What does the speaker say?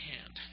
hand